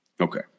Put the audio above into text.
Okay